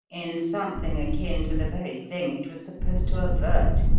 in something akin to the very thing it was supposed to avert.